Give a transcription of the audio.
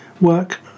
work